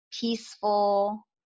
peaceful